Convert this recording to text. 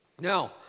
Now